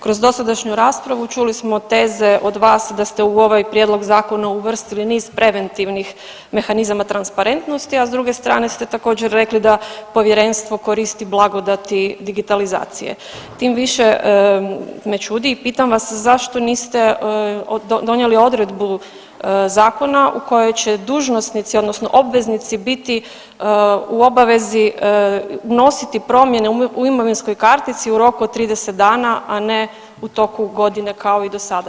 Kroz dosadašnju raspravu čuli smo teze od vas da ste u ovaj prijedlog zakona uvrstili niz preventivnih mehanizama transparentnosti, a s druge strane ste također rekli da povjerenstvo koristi blagodati digitalizacije, tim više me čudi i pitam vas, zašto niste donijeli odredbu zakona u kojoj će dužnosnici odnosno obveznici biti u obavezi nositi promjene u imovinskoj kartici u roku od 30 dana, a ne u toku godine kao i do sada.